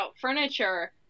furniture